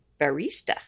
Barista